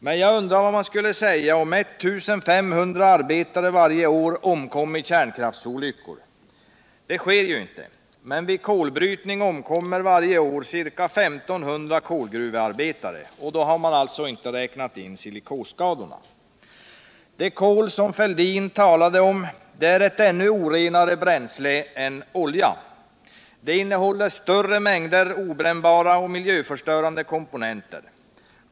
Men jag undrar vad man skulle säga om 1 500 arbetare varje år omkom i kärnkraftsolyckor. Det sker inte, men vid kolbrytning omkommer varje år ca 1 500 kolgruvearbetare. Och då har man inte räknat in siltkosskadorna. Det kol som Fälldin talade om är ett ännu orenare bränsle än olja. Det innehåller större mängder obrännbara och miljöförstörande komponenter.